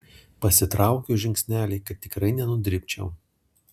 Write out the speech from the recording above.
pasitraukiu žingsnelį kad tikrai nenudribčiau